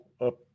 up